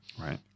Right